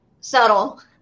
subtle